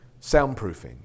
soundproofing